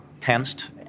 tensed